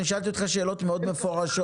אני שאלתי אותך שאלות מאוד מפורשות.